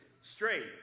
straight